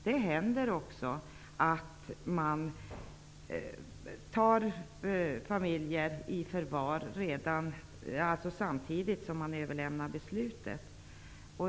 Det händer också att man tar familjer i förvar, samtidigt som man överlämnar beslutet.